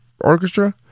Orchestra